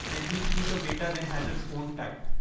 and each piece of data then has its own type.